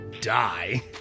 die